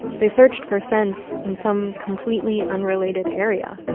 they searched for sense in some completely unrelated area.